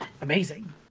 amazing